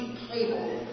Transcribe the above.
cable